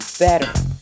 better